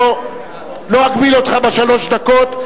לא אגביל אותך בשלוש דקות,